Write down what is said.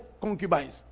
concubines